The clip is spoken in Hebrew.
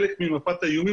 חלק ממפת האיומים,